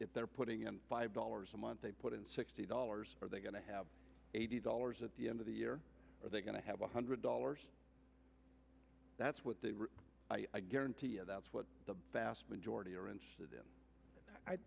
if they're putting in five dollars a month they put in sixty dollars are they going to have eighty dollars at the end of the year are they going to have one hundred dollars that's with a guarantee and that's what the vast majority are interested in i